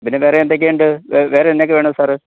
പിന്നെ വേറെ എന്തൊക്കെയുണ്ട് വേറെ എന്തൊക്കെ വേണം സാറെ